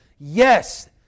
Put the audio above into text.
Yes